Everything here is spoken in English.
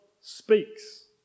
speaks